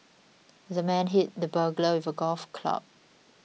the man hit the burglar with a golf club